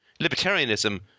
Libertarianism